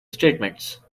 statements